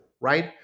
right